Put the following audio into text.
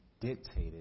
dictated